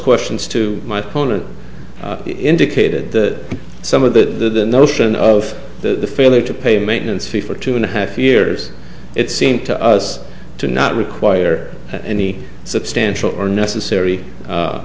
questions to my opponent indicated that some of the notion of the failure to pay maintenance fee for two and a half years it seemed to us to not require any substantial or necessary